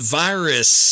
virus